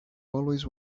always